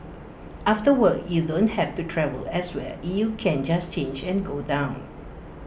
after work you don't have to travel elsewhere you can just change and go down